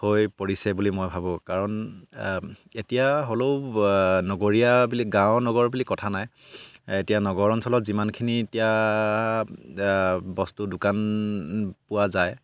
হৈ পৰিছে বুলি মই ভাবোঁ কাৰণ এতিয়া হ'লেও নগৰীয়া বুলি গাঁও নগৰ বুলি কথা নাই এতিয়া নগৰ অঞ্চলত যিমানখিনি এতিয়া বস্তু দোকান পোৱা যায়